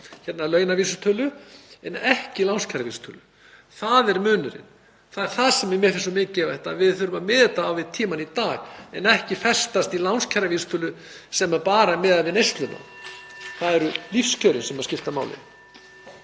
miða við launavísitölu en ekki lánskjaravísitölu. Það er munurinn. Það er það sem mér finnst svo mikilvægt. Við þurfum að miða þetta við tímann í dag en ekki festast í lánskjaravísitölu sem er bara miðuð við neysluna. Það eru lífskjörin sem skipta máli.